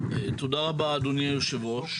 תודה רבה אדוני היושב-ראש.